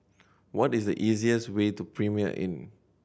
what is the easiest way to Premier Inn